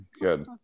Good